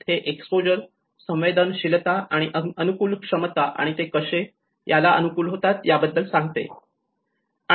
हे एक्सपोजर संवेदनशीलता आणि अनुकुल क्षमता आणि ते कसे याला अनुकूल होतात याबद्दल सांगते